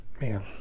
man